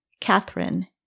Catherine